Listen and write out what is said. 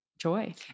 joy